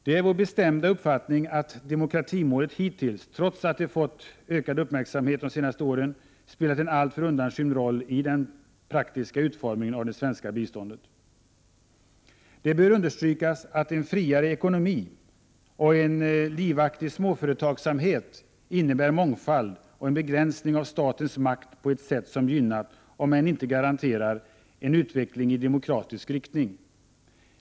Det är vår bestämda uppfattning att demokratimålet hittills — trots att det fått ökad uppmärksamhet de senaste åren — spelat en alltför undanskymd roll i den praktiska utformningen av det svenska biståndet. Det bör understrykas att en friare ekonomi med en livaktig småföretagsamhet innebär mångfald och en begränsning av statens makt på ett sätt som gynnar — om än inte garanterar — en utveckling i demokratisk riktning.